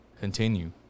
Continue